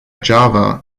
java